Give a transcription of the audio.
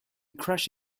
crashed